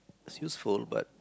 use phone but